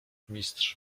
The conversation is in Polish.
mistrz